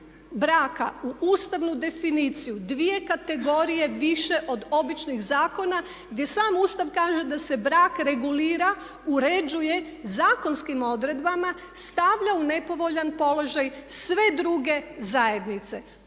braka u ustavnu definiciju dvije kategorije više od običnih zakona gdje sam Ustav kaže da se brak regulira, uređuje zakonskim odredbama, stavlja u nepovoljan položaj sve druge zajednice.